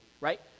right